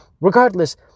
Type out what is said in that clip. Regardless